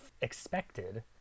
expected